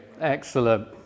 Excellent